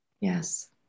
Yes